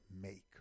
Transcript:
make